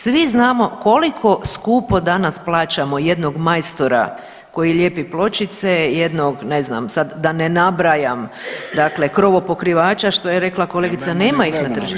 Svi znamo koliko skupo danas plaćamo jednog majstora koji lijepi pločice, jednog ne znam sad da ne nabrajam dakle krovopokrivača što je rekla kolegica nema ih na tržište.